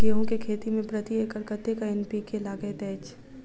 गेंहूँ केँ खेती मे प्रति एकड़ कतेक एन.पी.के लागैत अछि?